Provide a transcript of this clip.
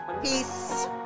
Peace